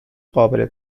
قابل